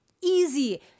easy